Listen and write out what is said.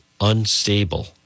unstable